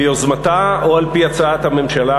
ביוזמתה או על-פי הצעת הממשלה,